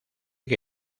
que